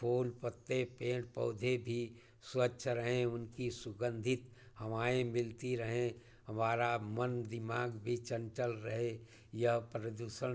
फूल पत्ते पेड़ पौधे भी स्वच्छ रहें उनकी सुगंधित हवाएँ मिलती रहें हमारा मन दिमाग़ भी चंचल रहे यह प्रदूषण